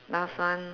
last one